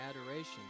adoration